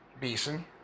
Beeson